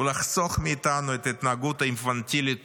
ולחסוך מאיתנו את ההתנהגות האינפנטילית